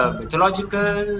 mythological